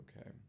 okay